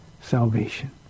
salvation